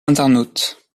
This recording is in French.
internautes